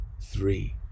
three